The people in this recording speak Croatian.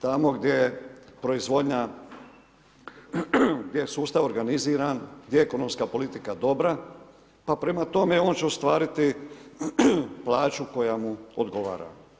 Tamo gdje proizvodnja, gdje je sustav organiziran, gdje je ekonomska politika dobra, pa prema tome, on će ostvariti plaću koja mu odgovara.